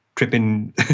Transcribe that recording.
tripping